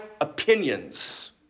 opinions